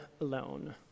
alone